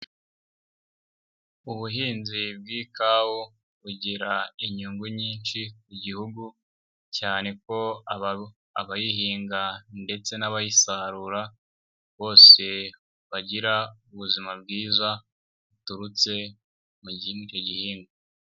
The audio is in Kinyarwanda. Ubuhinzi bw'ikawu bugira inyungu nyinshi ku gihugu, cyane ko abayihinga ndetse n'abayisarura bose bagira ubuzima bwiza buturutse mu icyo gihingwa.